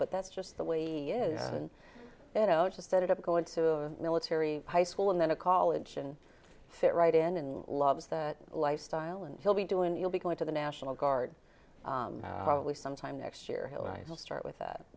but that's just the way he is and you know just ended up going to military high school and then a college and fit right in and loves that lifestyle and he'll be doing you'll be going to the national guard probably some time next year we'll start with that